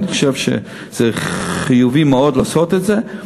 אני חושב שזה חיובי מאוד לעשות את זה.